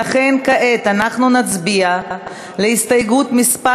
ולכן כעת אנחנו נצביע על הסתייגות מס'